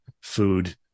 food